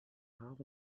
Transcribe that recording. half